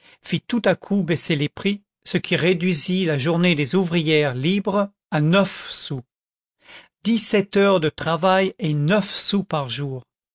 fit tout à coup baisser les prix ce qui réduisit la journée des ouvrières libres à neuf sous dix-sept heures de travail et neuf sous par jour